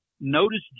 notice